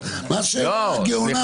מה השאלה הגאונה פה?